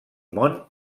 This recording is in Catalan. món